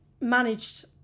managed